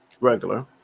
Regular